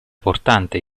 portante